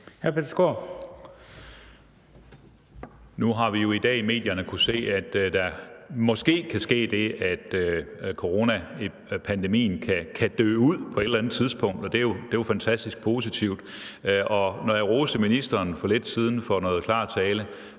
Nu har vi jo i dag i medierne kunnet se, at der måske kan ske det, at coronapandemien kan dø ud på et eller andet tidspunkt, og det er jo fantastisk positivt. Og når jeg roste ministeren for lidt siden for noget klar tale,